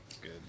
good